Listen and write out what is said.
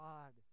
God